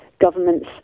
governments